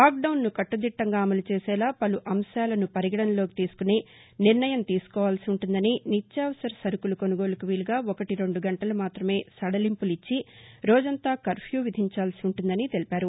లాక్డౌన్ను కట్లదిట్లంగా అమలు చేసేలా పలు అంశాలను పరిగణనలోకి తీసుకుని నిర్ణయం తీసుకోవాల్సి ఉంటుందని నిత్యావసర సరుకులు కొనుగోలుకు వీలుగా ఒకటి రెండు గంటలు మాత్రమే సడలింపులిచ్చి రోజంతా కర్వ్యూ విధించాల్సి ఉంటుందని తెలిపారు